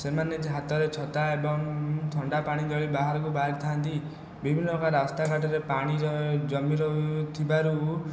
ସେମାନେ ହାତରେ ଛତା ଏବଂ ଥଣ୍ଡା ପାଣି ଧରି ବାହାରକୁ ବାହାରି ଥାଆନ୍ତି ବିଭିନ୍ନ ରାସ୍ତା ଘାଟରେ ପାଣି ଜମି ରହୁଥିବାରୁ